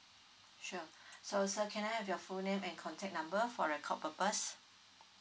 sure so sir can I have your full name and contact number for record purpose